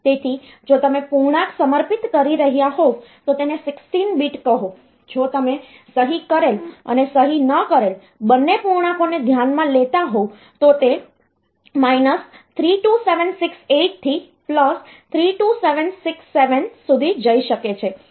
તેથી જો તમે પૂર્ણાંક સમર્પિત કરી રહ્યા હોવ તો તેને 16 બીટ કહો જો તમે સહી કરેલ અને સહી ન કરેલ બંને પૂર્ણાંકોને ધ્યાનમાં લેતા હોવ તો તે 32768 થી 32767 સુધી જઈ શકે છે